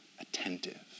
attentive